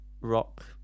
rock